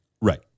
Right